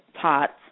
pots